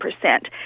percent